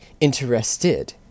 interested